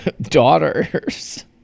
daughters